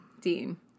Dean